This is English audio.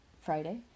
Friday